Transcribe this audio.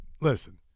listen